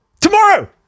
Tomorrow